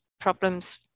problems